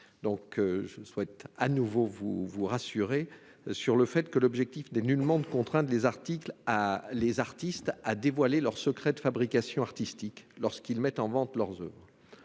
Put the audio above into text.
Je souhaite vous rassurer sur le fait que l'objectif n'est nullement de contraindre les artistes à dévoiler leurs secrets de fabrication artistique, lorsqu'ils mettent en vente leurs oeuvres.